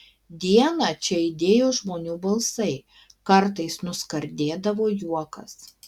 dieną čia aidėjo žmonių balsai kartais nuskardėdavo juokas